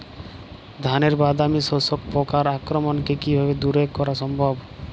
ধানের বাদামি শোষক পোকার আক্রমণকে কিভাবে দূরে করা সম্ভব?